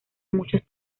muchos